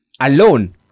alone